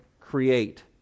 create